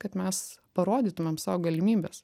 kad mes parodytumėm savo galimybes